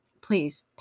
please